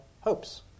hopes